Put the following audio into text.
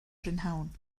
prynhawn